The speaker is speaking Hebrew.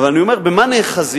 הרי אני אומר, במה נאחזים?